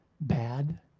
bad